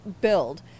build